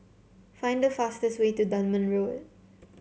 find the fastest way to Dunman Road